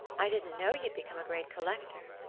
i didn't know you'd become a great collector.